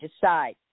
decide